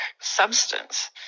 substance